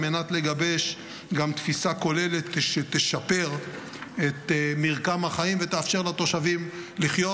על מנת לגבש תפיסה כוללת שתשפר את מרקם החיים ושתאפשר לתושבים לחיות.